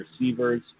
receivers